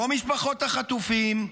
לא משפחות החטופים,